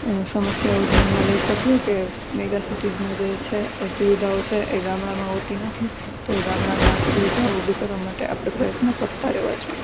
સમસ્યાઓ ધ્યાનમાં લઈ શકીએ કે મેગા સિટીસમાં જે છે એ સુવિધાઓ છે એ ગામડામાં હોતી નથી તો એ ગામડામાં સુવિધા ઊભી કરવા માટે આપણે પ્રયત્નો કરતા રહેવા જોઈએ